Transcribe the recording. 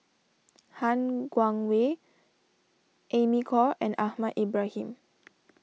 Han Guangwei Amy Khor and Ahmad Ibrahim